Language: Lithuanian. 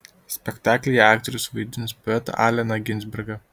spektaklyje aktorius vaidins poetą alleną ginsbergą